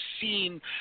seen